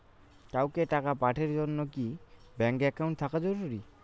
কাউকে টাকা পাঠের জন্যে কি ব্যাংক একাউন্ট থাকা জরুরি?